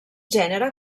gènere